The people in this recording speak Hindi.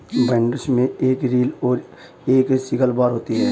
बाइंडर्स में एक रील और एक सिकल बार होता है